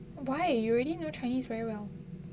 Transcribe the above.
why you already know chinese very well